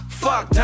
fuck